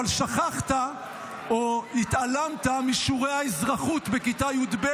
אבל שכחת או התעלמת משיעורי האזרחות בכיתה י"ב,